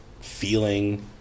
feeling